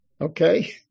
Okay